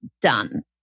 done